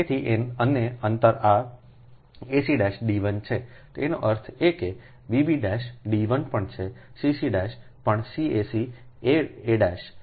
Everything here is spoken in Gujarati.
તેથી અને અંતર આ ac d1 છેતેનો અર્થ એ કે bb d1 પણ છે cc પણ cac એ પણ d1 છે